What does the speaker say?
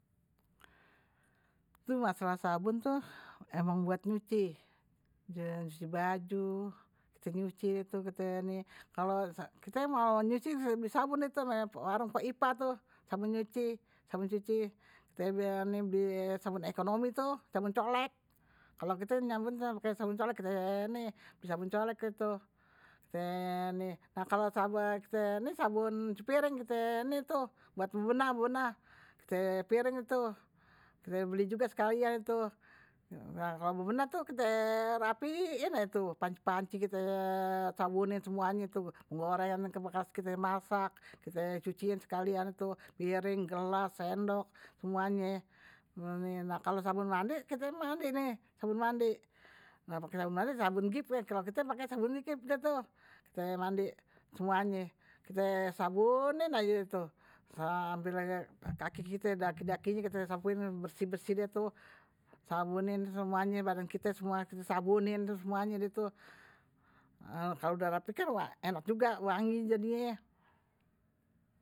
Masalah sabun tuh emang buat nyuci, nyuci baju kite nyuci tuh kalo kite mau nyuci nih kite beli sabun deh tuh warung pok ipah, sabun nyuci sabun cuci, kite beli ini tuh sabun ekonomi sabun colek, kalo kite nyabun pake sabun colek kite beli sabun colek deh tuh, nah kalo sabun cuci piring kite ni tuh buat bebenah bebenah kite piring deh tuh kite beli juga sekalian deh tuh, nah kalo bebenah kite rapiin aje tuh panci panci kite sabunin semuanye tuh, penggorengan bekas kite masak, kite cuciin sekalian tuh. piring gelas sendok, semuanye nah kalo sabun mandi kite mandi nih sabun mandi nah kalo pake sabun mandi kite pake sabun giv deh tuh semuanye, kite sabunin aje tuh kaki kite daki dakinye kite sabunin bersih bersih deh tuh semuanye deh tuh, sabunin badan kite semuanye kalo udah rapi kan wangi jadinye.